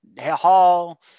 Hall